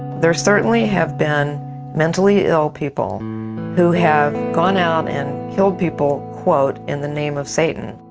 there certainly have been mentally ill people who have gone out and killed people, quote, in the name of satan.